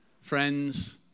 friends